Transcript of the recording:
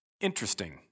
interesting